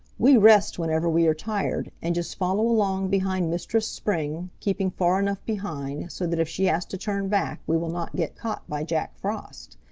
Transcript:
we rest whenever we are tired, and just follow along behind mistress spring, keeping far enough behind so that if she has to turn back we will not get caught by jack frost.